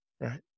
right